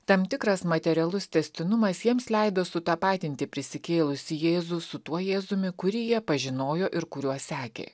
tam tikras materialus tęstinumas jiems leido sutapatinti prisikėlusį jėzų su tuo jėzumi kurį jie pažinojo ir kuriuo sekė